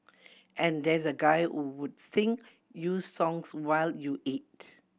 and there's a guy who would sing you songs while you eat